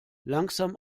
langsam